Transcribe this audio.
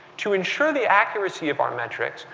to ensure the accuracy of our metrics,